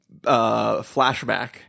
flashback